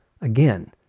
Again